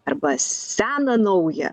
arba seną naują